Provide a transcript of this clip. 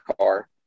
car